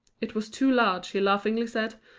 it was too large, he laughingly said,